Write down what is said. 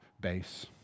base